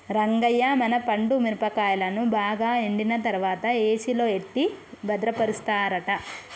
రంగయ్య మన పండు మిరపకాయలను బాగా ఎండిన తర్వాత ఏసిలో ఎట్టి భద్రపరుస్తారట